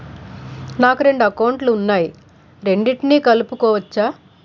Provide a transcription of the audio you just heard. నాకు రెండు అకౌంట్ లు ఉన్నాయి రెండిటినీ కలుపుకోవచ్చా?